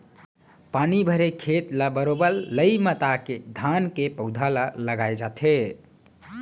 पानी भरे खेत ल बरोबर लई मता के धान के पउधा ल लगाय जाथे